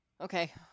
Okay